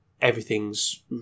everything's